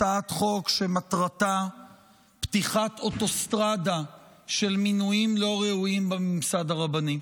הצעת חוק שמטרתה פתיחת אוטוסטרדה של מינויים לא ראויים בממסד הרבני.